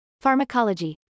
Pharmacology